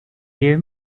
hear